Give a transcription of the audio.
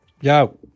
Yo